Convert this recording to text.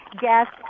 guest